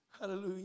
hallelujah